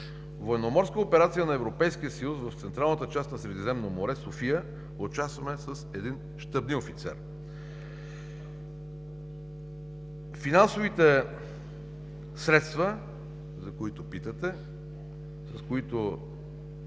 военноморската операция на Европейския съюз в Централната част на Средиземно море „София“ участваме с един щабен офицер. Финансовите средства, за които питате, с които